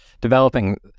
developing